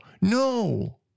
No